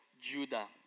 Judah